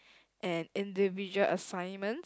and individual assignment